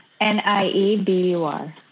N-I-E-B-U-R